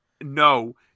No